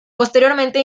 posteriormente